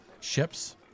ships